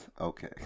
okay